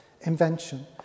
invention